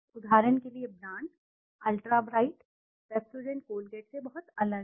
उदाहरण के लिए brand ultra bright Pepsodent Colgate से बहुत अलग है